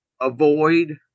Avoid